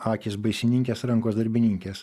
akys baisininkės rankos darbininkės